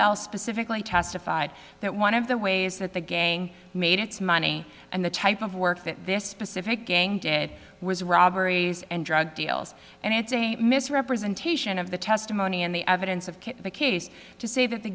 bell specifically testified that one of the ways that the gang made its money and the type of work that this specific gang was robberies and drug deals and misrepresentation of the testimony and the evidence of the case to say that the